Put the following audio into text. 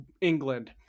england